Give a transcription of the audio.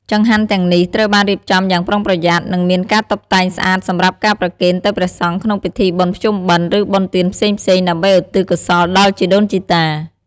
ចង្ហាន់ទាំងនេះត្រូវបានរៀបចំយ៉ាងប្រុងប្រយ័ត្ន និងមានការតុបតែងស្អាតសម្រាប់ការប្រគេនទៅព្រះសង្ឃក្នុងពិធីបុណ្យភ្ជុំបិណ្ឌ ឬបុណ្យទានផ្សេងៗ ដើម្បីឧទ្ទិសកោសលដល់ជីដូនជីតា។